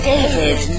David